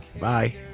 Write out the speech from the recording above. Bye